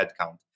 headcount